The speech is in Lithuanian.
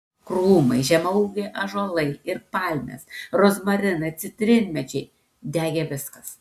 krūmai žemaūgiai ąžuolai ir palmės rozmarinai citrinmedžiai degė viskas